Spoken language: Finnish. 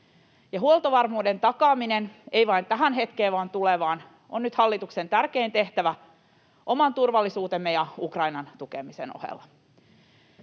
Huoltovarmuuden takaaminen, ei vain tähän hetkeen vaan tulevaan, on nyt hallituksen tärkein tehtävä oman turvallisuutemme ja Ukrainan tukemisen ohella.